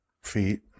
feet